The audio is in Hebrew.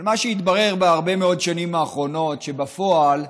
אבל מה שהתברר בהרבה מאוד השנים האחרונות, שבפועל,